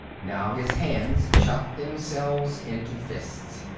now his hands shut themselves into fists.